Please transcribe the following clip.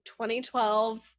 2012